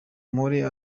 mpore